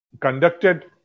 conducted